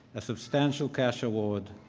a substantial cash award,